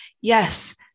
Yes